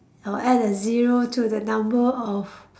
or add a zero to the number of